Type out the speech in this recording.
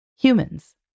Humans